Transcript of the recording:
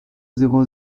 zéro